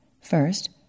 First